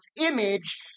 image